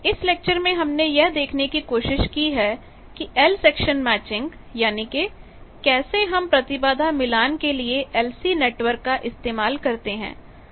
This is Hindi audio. इस लेक्चर में हमने यह देखने की कोशिश की है L सेक्शन मैचिंग यानी कि कैसे हम प्रतिबाधा मिलान के लिए LC नेटवर्क का इस्तेमाल करते हैं